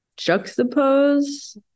juxtapose